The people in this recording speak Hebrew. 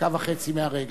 דקה וחצי מהרגע.